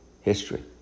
history